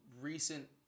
recent